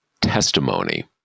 testimony